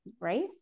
right